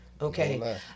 Okay